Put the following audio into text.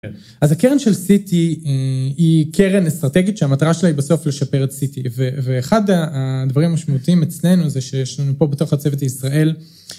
אז הקרן של סי-טי היא קרן אסטרטגית שהמטרה שלה היא בסוף לשפר את סי-טי, ואחד הדברים המשמעותיים אצלנו זה שיש לנו פה בתוך הצוות ישראל